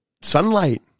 sunlight